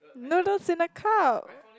noodles in a cup